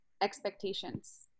expectations